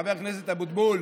חבר הכנסת אבוטבול